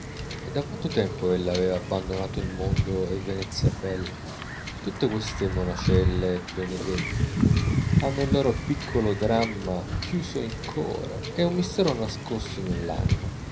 e da quanto tempo ella aveva abbandonato il mondo e venezia bella tutte queste monacelle benedete hanno il loro piccolo dramma chiuso in core e un mistero nascoso nell'anima